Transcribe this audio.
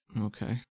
Okay